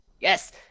Yes